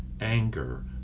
anger